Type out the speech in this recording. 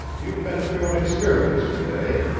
you've been through an experience to-day.